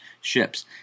ships